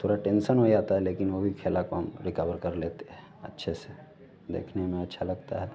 थोड़ा टेन्सन हो जाता है लेकिन वह भी खेला को हम रिकवर कर लेते हैं अच्छे से देखने में अच्छा लगता है